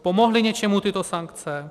Pomohly něčemu tyto sankce?